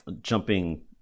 jumping